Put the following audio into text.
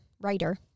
Writer